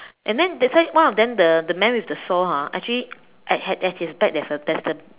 and then they say one of them the the man with the saw hor actually at at at his back there is a